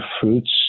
fruits